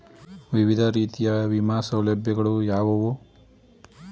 ವಿವಿಧ ರೀತಿಯ ವಿಮಾ ಸೌಲಭ್ಯಗಳು ಯಾವುವು?